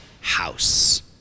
house